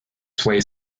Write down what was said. sway